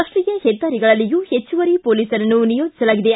ರಾಷ್ಟೀಯ ಹೆದ್ದಾರಿಗಳಲ್ಲಿಯೂ ಹೆಚ್ಚುವರಿ ಮೊಲೀಸ್ರನ್ನು ನಿಯೋಜಿಸಲಾಗಿದೆ